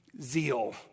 zeal